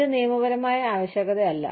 ഇത് നിയമപരമായ ആവശ്യകതയല്ല